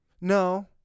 No